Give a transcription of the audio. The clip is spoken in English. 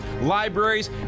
libraries